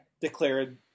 declared